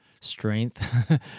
strength